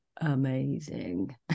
amazing